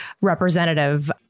representative